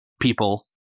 people